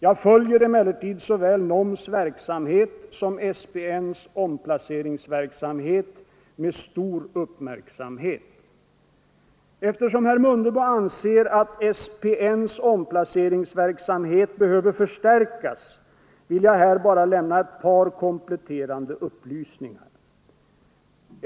Jag följer emellertid såväl NOM:s verksamhet som SPN:s omplaceringsverksamhet med stor uppmärksamhet. Eftersom herr Mundebo anser att SPN:s omplaceringsverksamhet behöver förstärkas vill jag här bara lämna ett par kompletterande upplysningar.